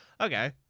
Okay